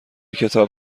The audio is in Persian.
کتاب